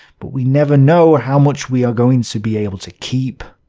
but we never know how much we are going to be able to keep,